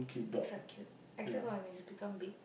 pigs are cute except when they become big